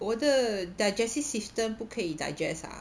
我的 digestive system 不可以 digest ah